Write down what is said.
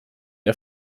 der